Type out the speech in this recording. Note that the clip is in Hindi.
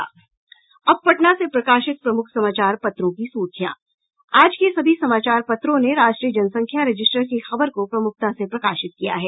अब पटना से प्रकाशित प्रमुख समाचार पत्रों की सुर्खियां आज के सभी समाचार पत्रों ने राष्ट्रीय जनसंख्या रजिस्टर की खबर को प्रमुखता से प्रकाशित किया है